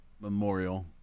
Memorial